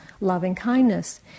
loving-kindness